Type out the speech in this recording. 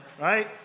Right